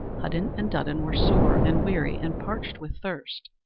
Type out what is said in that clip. hudden and dudden were sore and weary, and parched with thirst.